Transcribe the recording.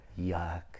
Yuck